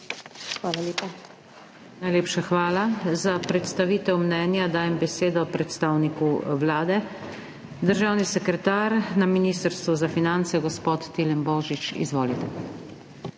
SUKIČ:** Najlepša hvala. Za predstavitev mnenja dajem besedo predstavniku Vlade. Državni sekretar Ministrstva za finance, gospod Tilen Božič, izvolite.